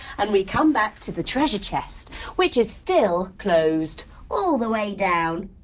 and we come back to the treasure chest which is still closed all the way down.